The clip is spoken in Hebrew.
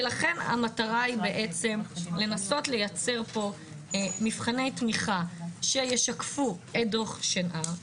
לכן המטרה היא לנסות לייצר מבחני תמיכה שישקפו את דוח שנהר.